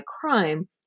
crime